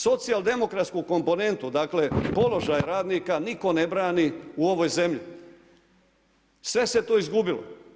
Socijaldemokratsku komponentu, dakle položaj radnika nitko ne brani u ovoj zemlji, sve se to izgubilo.